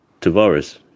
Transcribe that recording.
Tavares